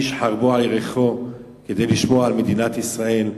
איש חרבו על ירכו כדי לשמור על מדינת ישראל.